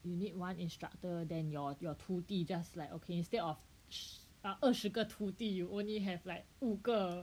you need one instructor then your your 徒弟 just like okay instead of a 二十个徒弟 you only have like 五个